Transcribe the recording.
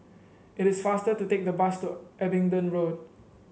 it is faster to take the bus to Abingdon Road